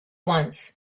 once